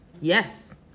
Yes